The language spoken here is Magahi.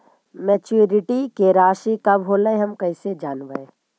मैच्यूरिटी के रासि कब होलै हम कैसे जानबै?